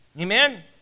Amen